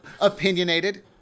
Opinionated